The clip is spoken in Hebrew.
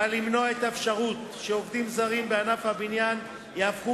בא למנוע את האפשרות שעובדים זרים בענף הבניין יהפכו